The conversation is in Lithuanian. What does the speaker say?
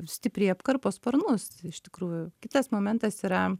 stipriai apkarpo sparnus iš tikrųjų kitas momentas yra